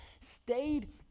stayed